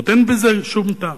אין בזה שום טעם.